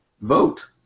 Vote